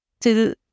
till